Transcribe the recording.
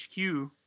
HQ